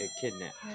kidnapped